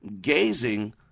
gazing